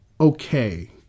okay